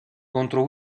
contro